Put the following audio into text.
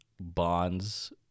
Bond's